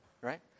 right